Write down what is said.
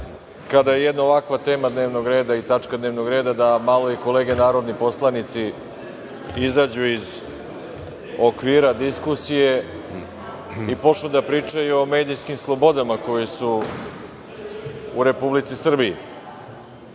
kada je jedna ovakva tema dnevnog reda i tačka dnevnog reda, malo i kolege narodni poslanici izađu iz okvira diskusije i počnu da pričaju o medijskim slobodama koje su u Republici Srbiji. Već